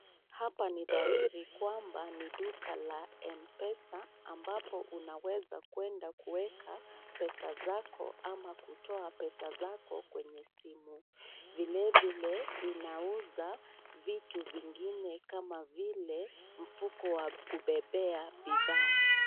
Hapa ni dhahiri kwamba ni duka la M-pesa ambapo unaweza kuenda kueka pesa zako ama kutoa pesa zako kwenye simu. Vilevile inauza vitu vingine kama vile mfuko wa kubebea bidhaa.